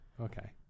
Okay